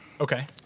Okay